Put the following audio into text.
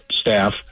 staff